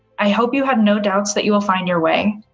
i hope you have no doubts that you will find your way,